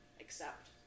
accept